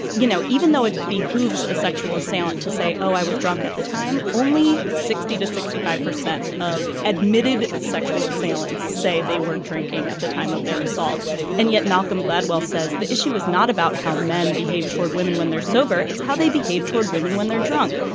you know even though it behooves a sexual assailant to say oh i was drunk at the time. only sixty to sixty five percent of admitted sexual assailants say they were drinking at the time of their assault and yet malcolm gladwell says the issue was not about how men behave toward women when they're sober it's how they behave toward women when they're drunk.